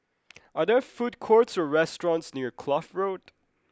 are there food courts or restaurants near Kloof Road